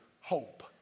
hope